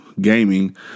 gaming